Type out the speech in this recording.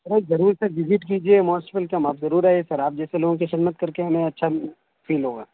ارے ضرور sir visit کیجیے most welcome آپ ضرور آئیے سر آپ جیسے لوگوں کی خدمت کر کے ہمیں اچھا فیل ہوگا